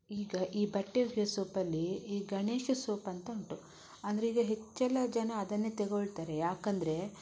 ಈಗ ಈ ಬಟ್ಟೆ ಒಗೆಯೋ ಸೋಪಲ್ಲಿ ಈ ಗಣೇಶ ಸೋಪ್ ಅಂತ ಉಂಟು ಅಂದರೆ ಈಗ ಹೆಚ್ಚೆಲ್ಲ ಜನ ಅದನ್ನೇ ತೆಗೊಳ್ತಾರೆ ಯಾಕೆಂದರೆ